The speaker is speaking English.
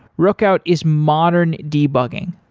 rookout is modern debugging.